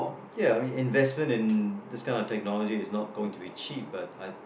ya I mean investment in this kind of technology is not going to be cheap but I